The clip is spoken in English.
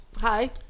Hi